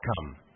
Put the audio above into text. come